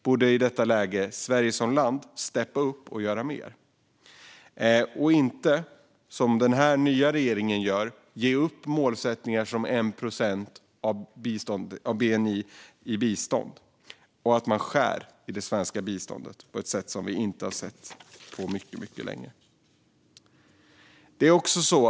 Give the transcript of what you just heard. I detta läge borde Sverige som land steppa upp och göra mer. Vi borde inte som den nya regeringen ge upp målsättningar som 1 procent av bni i bistånd. Man skär i det svenska biståndet på ett sätt som vi inte har sett på mycket länge.